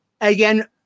again